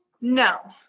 No